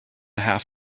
half